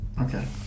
Okay